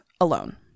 alone